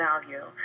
value